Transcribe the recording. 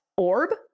orb